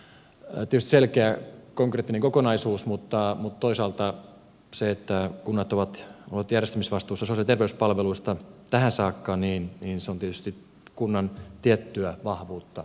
se on tietyllä tapaa selkeä konkreettinen kokonaisuus mutta toisaalta se että kunnat ovat olleet järjestämisvastuussa sosiaali ja terveyspalveluista tähän saakka on tietysti kunnan tiettyä vahvuutta lisännyt